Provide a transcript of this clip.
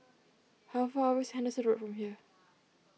how far away is Henderson Road from here